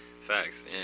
Facts